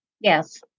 Yes